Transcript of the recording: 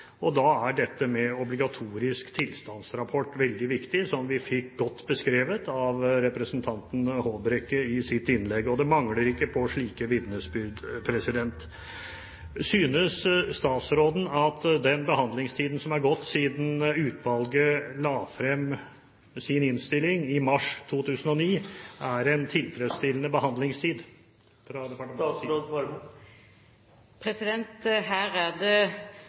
Da er dette med obligatorisk tilstandsrapport veldig viktig, som vi fikk godt beskrevet i representanten Håbrekkes innlegg. Det mangler ikke på slike vitnesbyrd. Synes statsråden at den behandlingstiden som er gått siden utvalget la frem sin innstilling i mars 2009, er tilfredsstillende fra departementets side? Det er